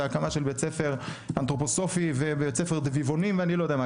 והקמה של בית ספר אנתרופוסופי ובית ספר דביבונים ואני לא יודע מה,